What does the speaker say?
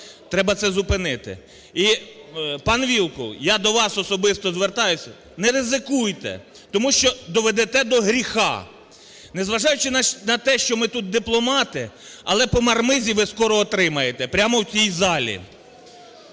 Треба це зупинити. ПанВілкул, я до вас особисто звертаюся. Не ризикуйте, тому що доведете до гріха. Незважаючи на те, що ми тут дипломати, але по мармизі ви скоро отримаєте прямо в цій залі.